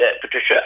Patricia